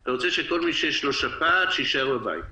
אתה רוצה שכל מי שיש לו שפעת יישאר בבית.